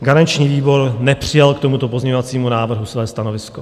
Garanční výbor nepřijal k tomuto pozměňovacímu návrhu své stanovisko.